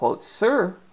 Sir